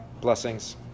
Blessings